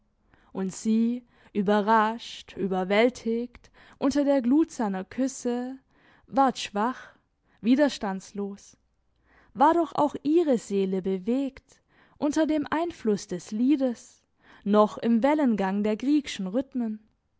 und sie überrascht überwältigt unter der glut seiner küsse ward schwach widerstandslos war doch auch ihre seele bewegt unter dem einfluss des liedes noch im wellengang der griegschen rhythmen